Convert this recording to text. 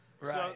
Right